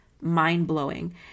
mind-blowing